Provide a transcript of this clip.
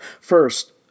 First